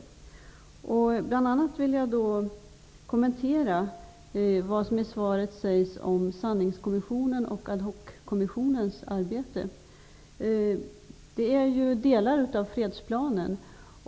Jag vill bl.a. kommentera vad som i svaret sägs om sanningskommissionens och ad hockommissionens arbete. De ingår som en del i fredsplanen.